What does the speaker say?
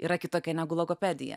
yra kitokia negu logopedija